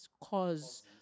cause